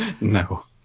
No